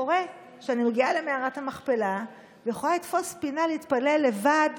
קורה שאני מגיעה למערת המכפלה ויכולה לתפוס פינה להתפלל לבד,